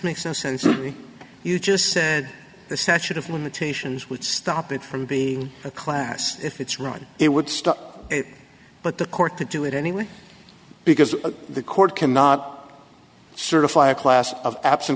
makes no sense you just said the statute of limitations would stop it from being a class if it's right it would stop it but the court to do it anyway because the court cannot certify a class of abs